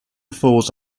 falls